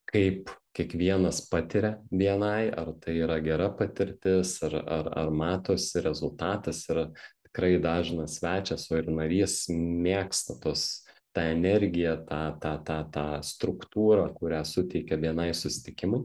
kaip kiekvienas patiria bni ar tai yra gera patirtis ar ar ar matosi rezultatas ir tikrai dažnas svečias o ir narys mėgsta tuos tą energiją tą tą tą tą struktūrą kurią suteikia bni susitikimai